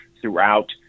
throughout